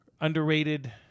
underrated